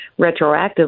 retroactively